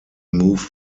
moved